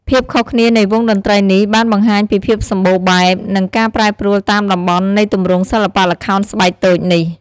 ភាពខុសគ្នានៃវង់តន្ត្រីនេះបានបង្ហាញពីភាពសម្បូរបែប និងការប្រែប្រួលតាមតំបន់នៃទម្រង់សិល្បៈល្ខោនស្បែកតូចនេះ។